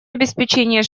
обеспечения